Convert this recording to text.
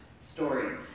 story